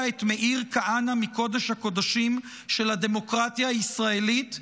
את מאיר כהנא מקודש-הקודשים של הדמוקרטיה הישראלית,